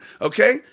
okay